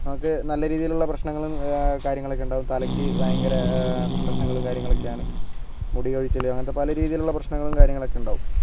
നമുക്ക് നല്ലരീതിയിലുള്ള പ്രശ്നങ്ങളും കാര്യങ്ങളൊക്കെ ഉണ്ടാകും തലക്ക് ഭയങ്കര പ്രശ്നങ്ങളും കാര്യങ്ങളൊക്കെയാണ് മുടികൊഴിച്ചിൽ അങ്ങനത്തെ പല രീതിയിലുള്ള പ്രശ്നങ്ങളും കാര്യങ്ങളൊക്കെ ഉണ്ടാകും